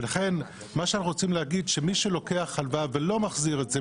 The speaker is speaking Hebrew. לכן אנחנו רוצים לומר שמי שלוקח הלוואה ולא מחזיר אותה,